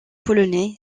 polonais